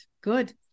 Good